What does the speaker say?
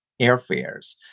airfares